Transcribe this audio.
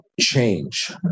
change